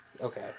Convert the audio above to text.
Okay